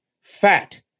fat